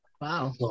Wow